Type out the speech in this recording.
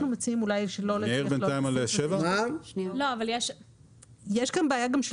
יש כאן בעיה.